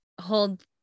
hold